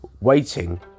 waiting